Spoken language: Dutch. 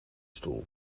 stoel